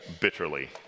bitterly